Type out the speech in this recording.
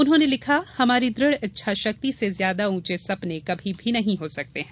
उन्होंने लिखा हमारी दृढ़ इच्छाशक्ति से ज्यादा ऊंचे सपने कभी भी नहीं हो सकते हैं